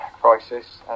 crisis